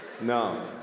No